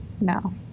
No